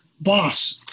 boss